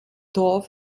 dorf